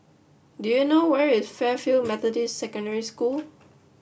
do you know where is Fairfield Methodist Secondary School